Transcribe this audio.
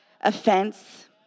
offense